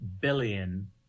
billion